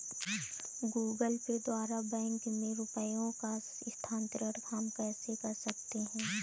Google Pay द्वारा bank में रुपयों का स्थानांतरण हम कैसे कर सकते हैं?